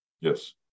Yes